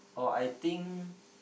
or I think